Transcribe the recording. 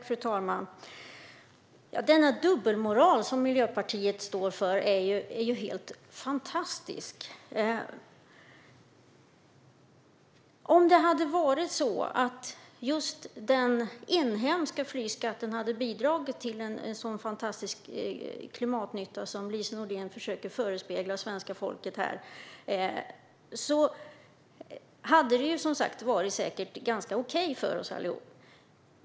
Fru talman! Denna dubbelmoral som Miljöpartiet står för är fantastisk. Om just den inhemska flygskatten hade bidragit till en sådan fantastisk klimatnytta som Lise Nordin försöker förespegla svenska folket hade det säkert varit okej för oss alla.